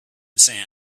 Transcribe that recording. sand